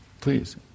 please